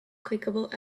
clickable